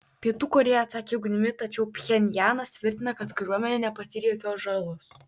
pietų korėja atsakė ugnimi tačiau pchenjanas tvirtina kad kariuomenė nepatyrė jokios žalos